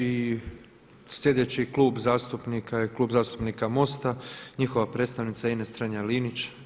I sljedeći Klub zastupnika je Klub zastupnika MOST-a njihova predstavnica Ines Strenja-Linić.